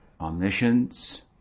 omniscience